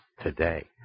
today